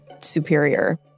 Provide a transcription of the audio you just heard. superior